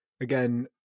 again